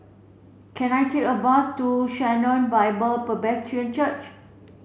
can I take a bus to Sharon Bible Presbyterian Church